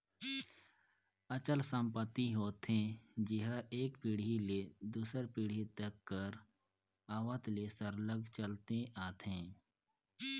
अचल संपत्ति होथे जेहर एक पीढ़ी ले दूसर पीढ़ी तक कर आवत ले सरलग चलते आथे